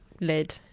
lid